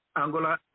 Angola